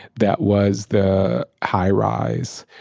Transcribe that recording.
that was the high rise.